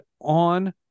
on